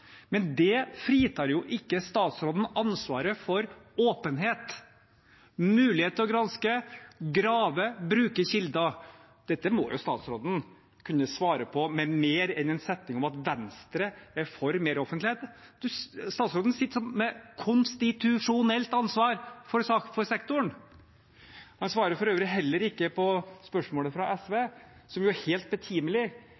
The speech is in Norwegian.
Men det fritar jo ikke statsråden ansvaret for åpenhet, mulighet til å granske, grave, bruke kilder. Dette må statsråden kunne svare på med mer enn en setning om at Venstre er for meroffentlighet. Statsråden sitter med konstitusjonelt ansvar for sektoren. Han svarer for øvrig heller ikke på spørsmålet fra